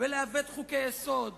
ולעוות חוקי-יסוד.